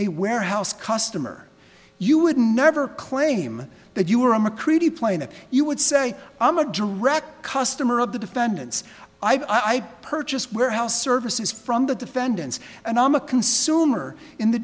a warehouse customer you would never claim that you were a mccready plain that you would say i'm a direct customer of the defendants i purchased warehouse services from the defendants and i'm a consumer in the